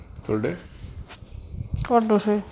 சொல்டே:sollitae